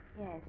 Yes